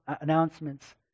announcements